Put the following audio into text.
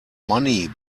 money